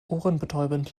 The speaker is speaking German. ohrenbetäubend